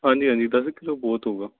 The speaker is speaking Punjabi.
ਹਾਂਜੀ ਹਾਂਜੀ ਦਸ ਕਿੱਲੋ ਬਹੁਤ ਹੋਵੇਗਾ